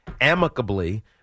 amicably